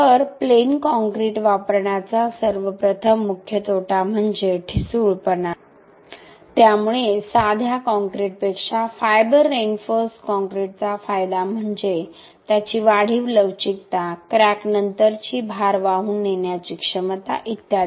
तर plain concrete वापरण्याचा सर्व प्रथम मुख्य तोटा म्हणजे ठिसूळपणा त्यामुळे साध्या काँक्रीटपेक्षा फायबर रिइन्फोर्स्ड काँक्रीटचा फायदा म्हणजे त्याची वाढीव लवचिकता क्रॅकनंतरची भार वाहून नेण्याची क्षमता इत्यादी